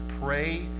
pray